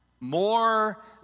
more